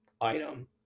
item